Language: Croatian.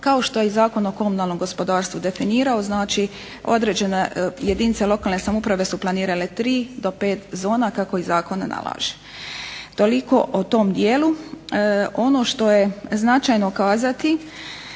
kao što je i Zakon o komunalnom gospodarstvu definirao znači određene jedinice lokalne samouprave su planirale 3 do 5 zona kako i zakon nalaže. Toliko o tom dijelu. Ono što je značajno kazati